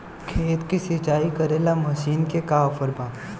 खेत के सिंचाई करेला मशीन के का ऑफर बा?